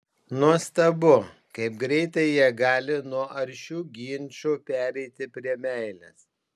nuostabu kaip greitai jie gali nuo aršių ginčų pereiti prie meilės